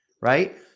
right